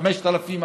5,000 שקל,